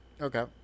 okay